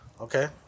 okay